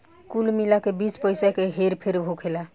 कुल मिला के बीस पइसा के हेर फेर होखेला